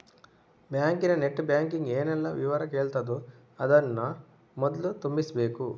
ಬ್ಯಾಂಕಿನ net banking ಏನೆಲ್ಲ ವಿವರ ಕೇಳ್ತದೋ ಅದನ್ನ ಮೊದ್ಲು ತುಂಬಿಸ್ಬೇಕು